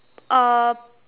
uh